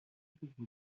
pauvres